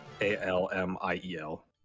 A-L-M-I-E-L